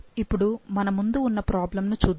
ఇప్పుడు మన ముందు ఉన్న ప్రాబ్లమ్ ను చూద్దాము